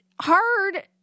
hard